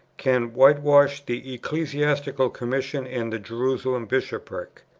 can whitewash the ecclesiastical commission and the jerusalem bishopric.